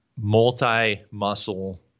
multi-muscle